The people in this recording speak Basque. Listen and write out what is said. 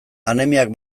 anemiak